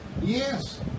Yes